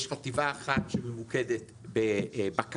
יש חטיבה אחת שממוקדת בבקרה,